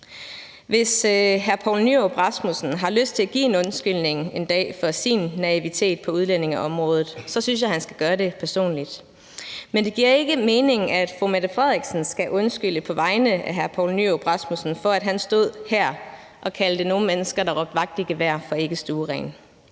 Hvis hr. Poul Nyrup Rasmussen har lyst til at give en undskyldning en dag for sin naivitet på udlændingeområdet, synes jeg personligt, at han skal gøre det, men det giver ikke mening, at statsministeren skal undskylde på vegne af Poul Nyrup Rasmussen for, at han stod her og kaldte nogle mennesker, der råbte vagt i gevær, for ikkestuerene.